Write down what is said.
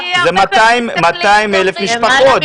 זה 200,000 משפחות.